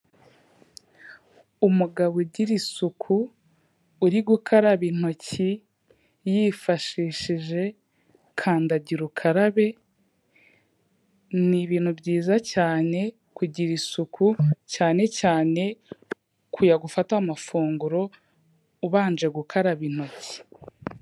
Umugabo ugira isuku, uri gukaraba intoki, yifashishije kandagira ukarabe, ni ibintu byiza cyane kugira isuku, cyane cyane kujya gufata amafunguro ubanje gukaraba intoki.